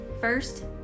First